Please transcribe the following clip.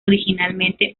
originalmente